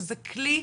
שזה כלי,